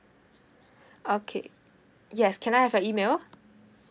okay yes can I have your email